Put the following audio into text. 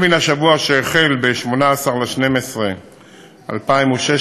מן השבוע שהחל ב-18 בדצמבר 2016,